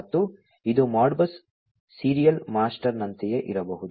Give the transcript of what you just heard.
ಮತ್ತು ಇದು Modbus serial ಮಾಸ್ಟರ್ನಂತೆಯೇ ಇರಬಹುದು